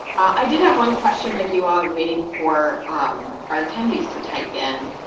i did have one question vicki while ah waiting for our attendees to type in.